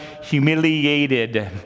humiliated